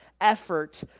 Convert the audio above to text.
effort